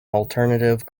alternative